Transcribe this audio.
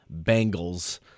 Bengals